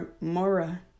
Mora